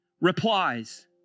replies